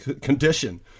condition